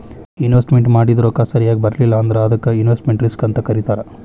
investment ಮಾಡಿದ್ ರೊಕ್ಕ ಸರಿಯಾಗ್ ಬರ್ಲಿಲ್ಲಾ ಅಂದ್ರ ಅದಕ್ಕ ಇನ್ವೆಸ್ಟ್ಮೆಟ್ ರಿಸ್ಕ್ ಅಂತ್ ಕರೇತಾರ